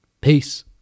Peace